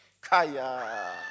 Kaya